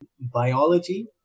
biology